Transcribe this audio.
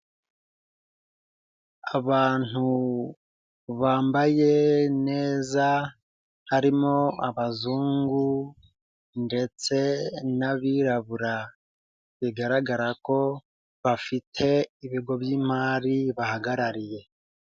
Abantu bambaye neza harimo abazungu ndetse n'abirabura bigaragara ko bafite ibigo by'imari bahagarariye.